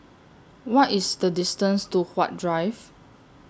What IS The distance to Huat Drive